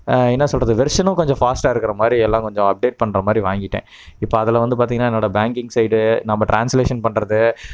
என்ன சொல்வது வெர்ஷனும் கொஞ்சம் ஃபாஸ்ட்டாக இருக்கிற மாதிரி எல்லாம் கொஞ்சம் அப்டேட் பண்ணுற மாதிரி வாங்கிவிட்டேன் இப்போ அதில் வந்து பார்த்தீங்கனா என்னோட பேங்க்கிங் சைடு நம்ம ட்ரான்ஸ்லேஷன் பண்ணுறது